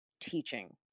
teaching